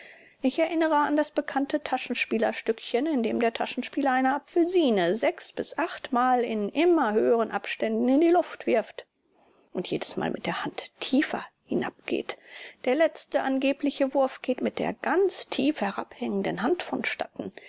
ich erinnere an das bekannte taschenspielerstückchen in dem der taschenspieler eine apfelsine sechs bis achtmal in immer höheren abständen in die luft wirft und jedesmal mit der hand tiefer hinabgeht der letzte angebliche wurf geht mit der ganz tief herabhängenden hand vonstatten